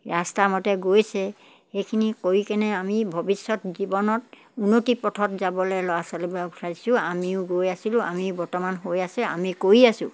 ৰাস্তামতে গৈছে সেইখিনি কৰি কিনে আমি ভৱিষ্যত জীৱনত উন্নতিৰ পথত যাবলৈ ল'ৰা ছোৱালীবোৰক পঠাইছোঁ আমিও গৈ আছিলোঁ আমি বৰ্তমান হৈ আছে আমি কৰি আছোঁ